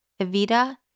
Evita